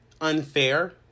unfair